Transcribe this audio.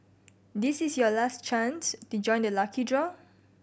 this is your last chance to join the lucky draw